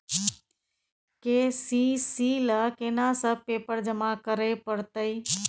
KCC ल केना सब पेपर जमा करै परतै?